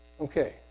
Okay